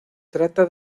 trata